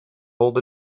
hold